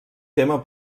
tema